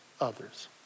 others